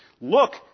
look